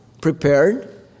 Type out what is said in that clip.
prepared